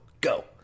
go